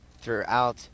throughout